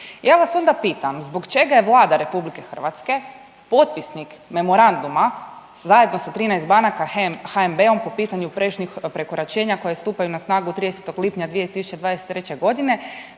Ja vas onda pitam zbog čega je Vlada RH potpisnik memoranduma zajedno sa 13 banaka, HNB-om po pitanju prešutnih prekoračenja koja stupaju na snagu 30. lipnja 2023.g.